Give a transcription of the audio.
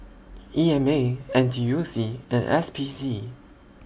E M A N T U C and S P C